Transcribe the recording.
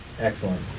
excellent